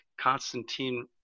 Constantine